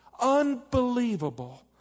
Unbelievable